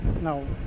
No